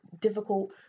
difficult